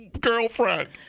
girlfriend